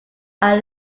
are